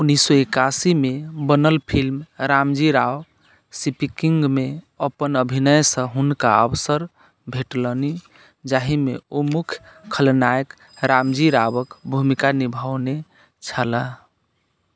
उन्नैस सए एकासी मे बनल फिल्म रामजी राव स्पीकिङ्गमे अपन अभिनयसँ हुनका अवसर भेटलनि जाहिमे ओ मुख्य खलनायक रामजी रावक भूमिका निभओने छलाह